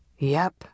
Yep